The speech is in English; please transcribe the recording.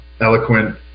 eloquent